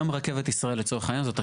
גם חברת תקשורת היא חברה.